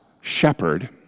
shepherd